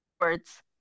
words